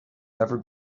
never